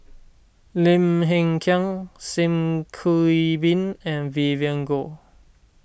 Lim Hng Kiang Sim Kee Boon and Vivien Goh